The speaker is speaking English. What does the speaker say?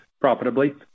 profitably